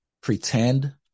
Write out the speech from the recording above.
pretend